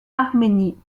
arménie